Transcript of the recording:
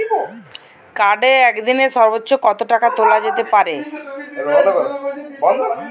কার্ডে একদিনে সর্বোচ্চ কত টাকা তোলা যেতে পারে?